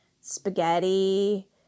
spaghetti